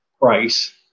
price